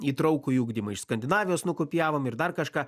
įtraukųjį ugdymą iš skandinavijos nukopijavom ir dar kažką